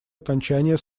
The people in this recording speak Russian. окончание